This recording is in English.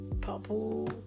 purple